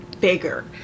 bigger